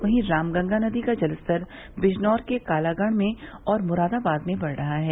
वहीं रामगंगा नदी का जलस्तर बिजनौर के कालागढ़ में और मुरादाबाद में बढ़ रहा है